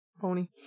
pony